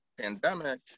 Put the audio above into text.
pandemic